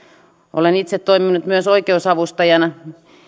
olen itse toiminut myös oikeusavustajana